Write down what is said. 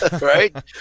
Right